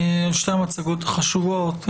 שתי מצגות חשובות,